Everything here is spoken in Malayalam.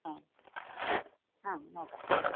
ആ നോക്കാം